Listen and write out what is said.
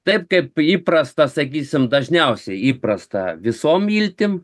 taip kaip įprasta sakysim dažniausiai įprasta visom iltim